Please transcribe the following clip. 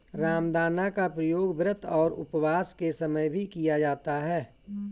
रामदाना का प्रयोग व्रत और उपवास के समय भी किया जाता है